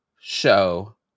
Show